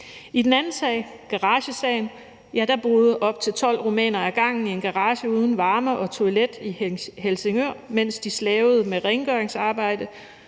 I den anden sag, garagesagen, boede op til 12 rumænere ad gangen i en garage uden varme og toilet i Helsingør, mens de slavede med rengøringsarbejde